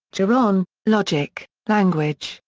gereon, logic, language,